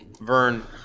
Vern